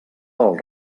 del